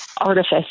artifice